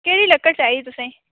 केह्ड़ी लकड़ चाहिदी तुसें ई